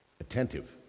attentive